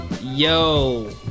Yo